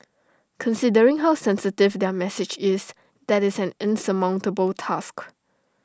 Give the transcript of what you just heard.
considering how sensitive their message is that is an insurmountable task